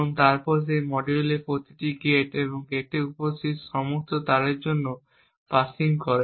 এবং তারপর সেই মডিউলের প্রতিটি গেট এবং গেটে উপস্থিত সমস্ত তারের জন্য পার্সিং করে